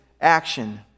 action